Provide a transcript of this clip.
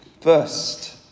First